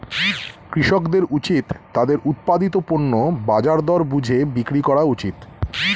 কৃষকদের উচিত তাদের উৎপাদিত পণ্য বাজার দর বুঝে বিক্রি করা উচিত